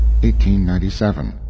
1897